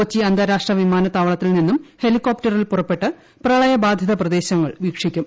കൊച്ചി അന്താരാഷ്ട്ര വിമാനത്താപ്പ്ളത്തി്ൽ നിന്നും ഹെലികോപ്റ്ററിൽ പുറപ്പെട്ട് പ്രളയ ബാധിത പ്രദേശങ്ങൾ വീക്ഷിക്കും